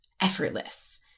effortless